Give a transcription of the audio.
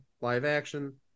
live-action